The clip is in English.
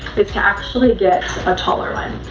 is to actually get a taller one.